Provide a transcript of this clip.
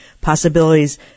possibilities